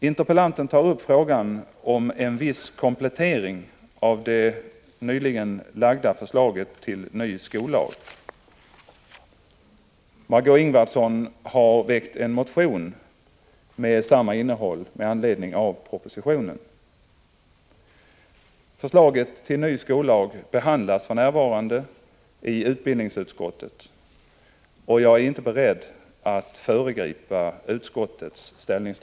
Interpellanten tar upp frågan om en viss komplettering av det nyligen lagda förslaget till ny skollag . Margöé Ingvardsson har väckt en motion med samma innehåll med anledning av propositionen. Förslaget till ny skollag behandlas för närvarande i utbildningsutskottet, och jag är inte beredd att föregripa utskottets ställningstagande. 1. Hur tvingande är omsorgslagens omvårdnadsansvar för huvudmannen när det gäller ansvaret att anställa tillräckligt antal elevassistenter för elevernas behov i särskolan? 3.